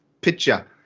picture